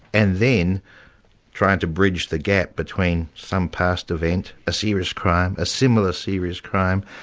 and then trying to bridge the gap between some past event, a serious crime, a similar serious crime,